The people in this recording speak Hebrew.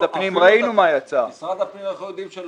את הכסף של עבודות פיתוח אנחנו מוציאים לעבודות